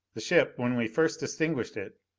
the ship, when we first distinguished it,